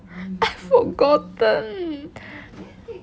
I forgotten